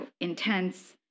intense